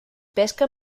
pesca